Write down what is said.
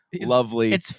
lovely